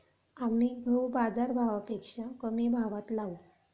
आम्ही गहू बाजारभावापेक्षा कमी भावात लावू